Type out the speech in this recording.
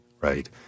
right